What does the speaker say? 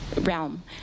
realm